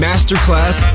Masterclass